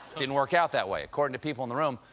didn't work out that way. according to people in the room,